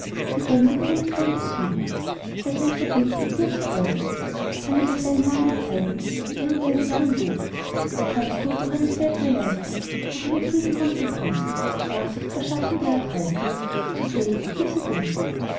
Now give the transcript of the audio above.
begründ ich dein gesuch welch ein verdienst ist dir zu eigen kann ich auf deinen namen zeigen in irgendeinem ehrenbuch kannst du durch eine seltne leistung durch eine vielgerühmte kunst nachsicht verschaffen der erdreistung zu flehn um diese höchste gunst